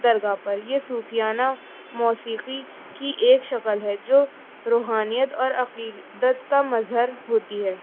درگاہ پر یہ صوفیانہ موسیقی کی ایک شکل ہے جو روحانیت اور عقیدت کا مظہر ہوتی ہے